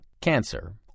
cancer